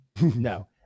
No